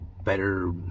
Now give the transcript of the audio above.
better